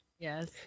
Yes